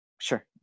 Sure